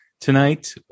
Tonight